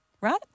right